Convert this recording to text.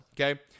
Okay